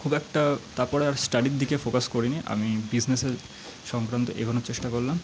খুব একটা তারপরে আর স্টাডির দিকে ফোকাস করি নি আমি বিজনেসের সংক্রান্ত এগোনোর চেষ্টা করলাম